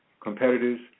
competitors